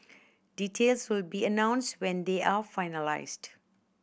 details will be announced when they are finalised